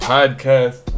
Podcast